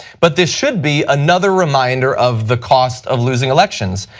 but this should be another reminder of the cost of losing elections,